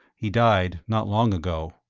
he died, not long ago.